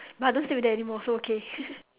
but I don't sleep with them anymore so okay